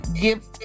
give